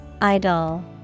IDOL